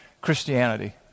Christianity